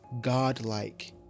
godlike